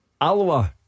Aloha